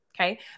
Okay